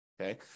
Okay